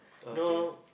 okay